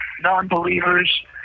non-believers